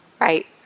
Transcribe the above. right